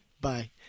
Bye